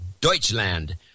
Deutschland